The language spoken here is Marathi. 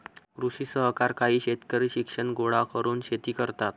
कृषी सहकार काही शेतकरी शिक्षण गोळा करून शेती करतात